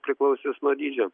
priklausys nuo dydžio